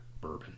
bourbon